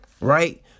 right